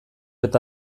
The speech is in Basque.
eta